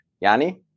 Yanni